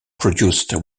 produced